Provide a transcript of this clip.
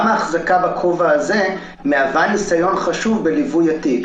גם ההחזקה בכובע הזה מהווה ניסיון חשוב בליווי התיק.